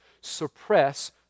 suppress